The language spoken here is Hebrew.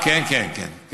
כן, כן, כן.